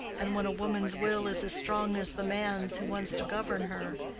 and when a woman's will is as strong as the man's who wants to govern her,